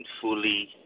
fully